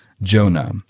Jonah